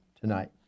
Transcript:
tonight